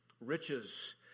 Riches